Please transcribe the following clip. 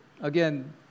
Again